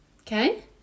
Okay